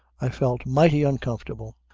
i felt mighty uncomfortable.